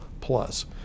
plus